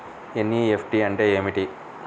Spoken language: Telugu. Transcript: ఎన్.ఈ.ఎఫ్.టీ అంటే ఏమిటి?